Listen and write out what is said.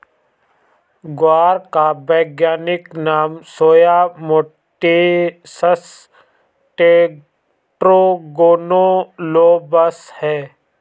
ग्वार का वैज्ञानिक नाम साया मोटिसस टेट्रागोनोलोबस है